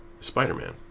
Spider-Man